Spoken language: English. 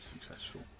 successful